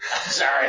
Sorry